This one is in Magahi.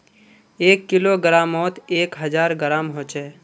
एक किलोग्रमोत एक हजार ग्राम होचे